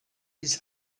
his